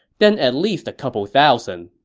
then at least a couple thousand,